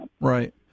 Right